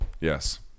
Yes